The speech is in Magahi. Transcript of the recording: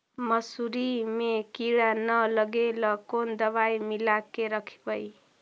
मसुरी मे किड़ा न लगे ल कोन दवाई मिला के रखबई?